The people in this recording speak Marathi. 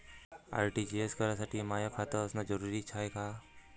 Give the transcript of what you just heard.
आर.टी.जी.एस करासाठी माय खात असनं जरुरीच हाय का?